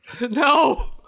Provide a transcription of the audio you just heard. No